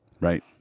right